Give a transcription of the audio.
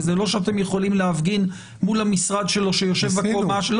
וזה לא שאתם יכולים להפגין מול המשרד שלו שיושב בקומה --- ניסינו.